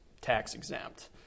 tax-exempt